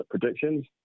predictions